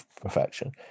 perfection